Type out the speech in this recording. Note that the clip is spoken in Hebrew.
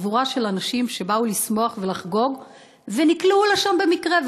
חבורה של אנשים שבאו לשמוח ולחגוג ונקלעו לשם במקרה,